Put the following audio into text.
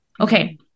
Okay